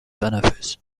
benefice